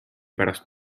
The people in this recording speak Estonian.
pärast